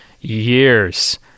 years